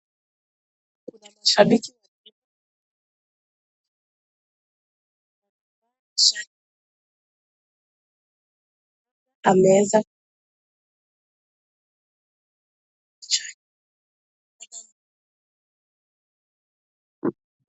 Kuna mashabiki wengi wameweza.